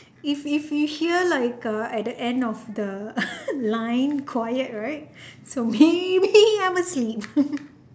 if if you hear like uh at the end of the line quiet right so maybe I'm asleep